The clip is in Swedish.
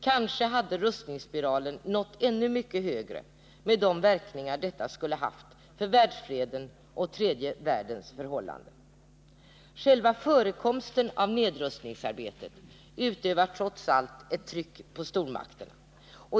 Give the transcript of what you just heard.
Kanske hade rustningsspiralen nått ännu mycket högre, med de verkningar detta skulle ha haft för världsfreden och tredje världens förhållanden. Själva förekomsten av nedrustningsarbetet utövar trots allt ett tryck på stormakterna.